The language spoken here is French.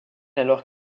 alors